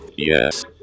Yes